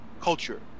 culture